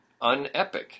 Unepic